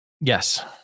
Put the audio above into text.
Yes